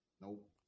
Nope